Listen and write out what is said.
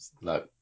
no